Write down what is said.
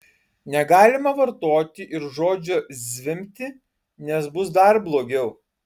negalima vartoti ir žodžio zvimbti nes bus dar blogiau